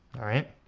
alright?